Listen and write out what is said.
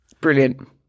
Brilliant